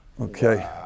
okay